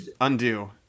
Undo